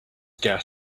gas